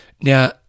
Now